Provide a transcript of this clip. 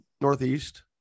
Northeast